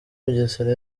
bugesera